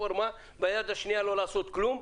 וביד השנייה לא לעשות כלום,